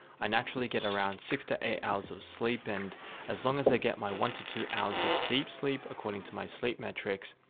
i naturally get around six to eight hours of sleep. and as long as they get my one to two hours of deep sleep according to my sleep metrics,